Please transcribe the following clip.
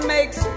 Makes